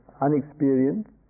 unexperienced